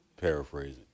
paraphrasing